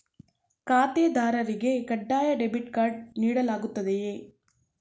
ಖಾತೆದಾರರಿಗೆ ಕಡ್ಡಾಯ debit card ನೀಡಲಾಗುತ್ತದೆಯೇ?